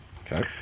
Okay